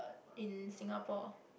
in Singapore